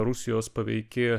rusijos paveiki